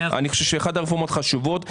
אני חושב שהיא אחת הרפורמות החשובות.